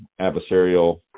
adversarial